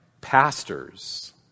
pastors